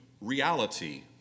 reality